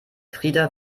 frida